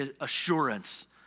assurance